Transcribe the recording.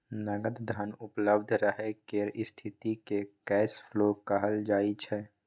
नगद धन उपलब्ध रहय केर स्थिति केँ कैश फ्लो कहल जाइ छै